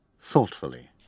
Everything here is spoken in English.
thoughtfully